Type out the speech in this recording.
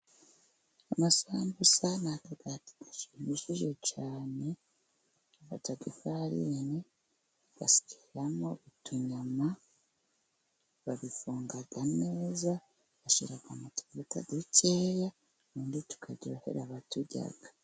Amasambusa ni akagati gashimishije cyane, bafata ifarini, bagashyiramo utunyama babifunga neza, bashyiramo utuvuta dukeya ubundi tukaryohera abaturya.